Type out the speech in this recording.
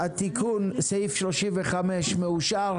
התיקון, סעיף 35, מאושר.